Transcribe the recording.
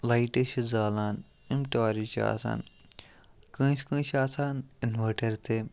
لایٹہٕ چھِ زالان یِم ٹارٕچ چھِ آسان کٲنٛسہِ کٲنٛسہِ چھُ آسان اِنوٲرٹَر تہِ